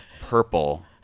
purple